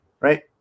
Right